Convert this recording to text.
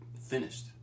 finished